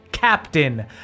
Captain